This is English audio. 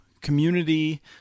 community